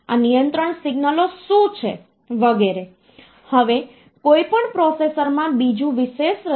તેથી તે ભાગને સમજવા માટે શરૂઆતમાં આપણે આપણી પાસે રહેલી સંખ્યાઓના વિવિધ પ્રકારો માટે નંબર સિસ્ટમ ની રજૂઆતને સંક્ષિપ્તમાં જોઈશું